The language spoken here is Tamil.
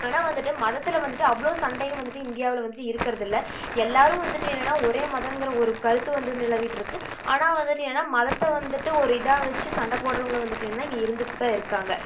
ஆனால் வந்துவிட்டு மதத்தில் வந்துவிட்டு அவ்வளோ சண்டையும் வந்துவிட்டு இந்தியாவில் வந்துவிட்டு இருக்கறதில்லை எல்லாரும் வந்துவிட்டு என்னென்னா ஒரே மதம்ங்கிற ஒரு கருத்து வந்து நிலவிட்டுருக்கு ஆனால் வந்துவிட்டு என்னென்னா மதத்தை வந்துவிட்டு ஒரு இதாக வச்சு சண்டை போட்றவங்களை வந்துவிட்டு என்னென்னா இங்கே இருந்துக்கிட்டு தான் இருக்காங்க